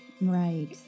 Right